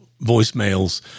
voicemails